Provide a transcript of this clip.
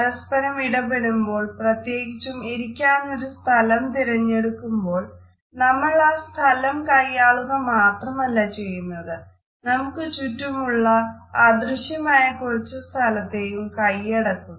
പരസ്പരം ഇടപെടുമ്പോൾ പ്രത്യേകിച്ചും ഇരിക്കാനൊരു സ്ഥലം തെരഞ്ഞെടുക്കുമ്പോൾ നമ്മൾ ആ സ്ഥലം കയ്യാളുക മാത്രമല്ല ചെയ്യുന്നത് നമുക്ക് ചുറ്റുമുള്ള അദൃശ്യമായ കുറച്ചു സ്ഥലത്തെയും കയ്യടക്കുന്നു